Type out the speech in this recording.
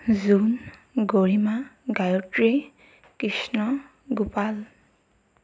Jon Garima Gayatri Krishna Gopal